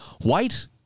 White